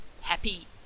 happy